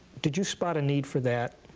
did you spot a need for that?